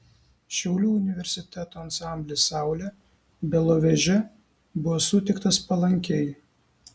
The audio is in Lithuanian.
šiaulių universiteto ansamblis saulė beloveže buvo sutiktas palankiai